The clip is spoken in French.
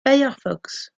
firefox